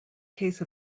case